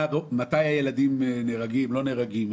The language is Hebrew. מתי הילדים נהרגים או לא נהרגים?